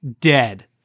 dead